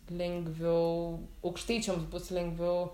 lengviau aukštaičiams bus lengviau